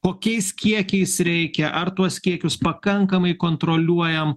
kokiais kiekiais reikia ar tuos kiekius pakankamai kontroliuojam